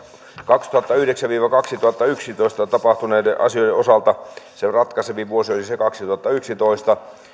kaksituhattayhdeksän viiva kaksituhattayksitoista tapahtuneiden asioiden osalta se ratkaisevin vuosi oli se kaksituhattayksitoista